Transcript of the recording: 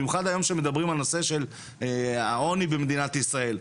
במיוחד היום כשמדברים על הנושא של העוני במדינת ישראל,